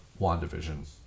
WandaVision